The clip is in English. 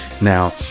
now